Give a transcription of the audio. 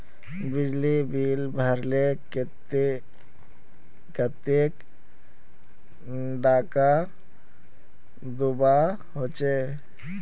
बिजली बिल भरले कतेक टाका दूबा होचे?